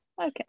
Okay